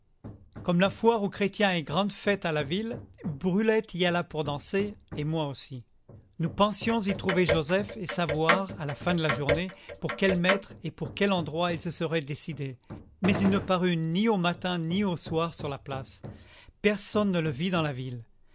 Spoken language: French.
comme la foire aux chrétiens est grand'fête à la ville brulette y alla pour danser et moi aussi nous pensions y trouver joseph et savoir à la fin de la journée pour quel maître et pour quel endroit il se serait décidé mais il ne parut ni au matin ni au soir sur la place personne ne le vit dans la ville